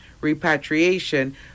repatriation